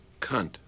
Cunt